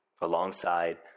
alongside